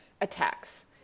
attacks